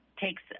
takes